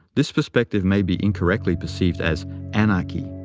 this perspective may be incorrectly perceived as anarchy.